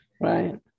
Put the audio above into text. Right